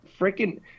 freaking